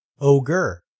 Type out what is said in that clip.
ogre